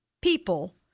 people